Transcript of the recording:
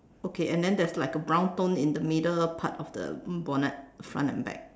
okay and then there's like a brown tone in like the middle part of the bonnet front and back